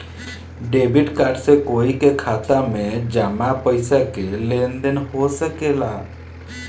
debit card से कोई के खाता में जामा पइसा के लेन देन हो सकेला